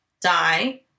die